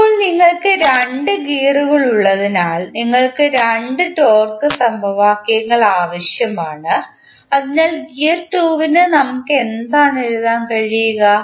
ഇപ്പോൾ നിങ്ങൾക്ക് 2 ഗിയറുകളുള്ളതിനാൽ നിങ്ങൾക്ക് 2 ടോർക്ക് സമവാക്യങ്ങൾ ആവശ്യമാണ് അതിനാൽ ഗിയർ 2 ന് നമുക്ക് എന്താണ് എഴുതാൻ കഴിയുക